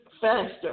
faster